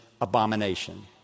abomination